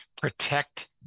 Protect